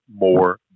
more